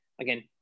again